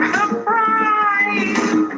Surprise